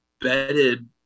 bedded